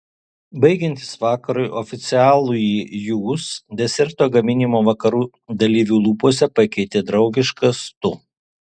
baigiantis vakarui oficialųjį jūs deserto gaminimo vakarų dalyvių lūpose pakeitė draugiškas tu